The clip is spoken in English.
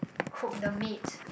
cook the meat